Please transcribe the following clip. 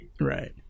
right